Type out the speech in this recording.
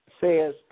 says